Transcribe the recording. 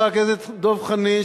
חבר הכנסת חנין,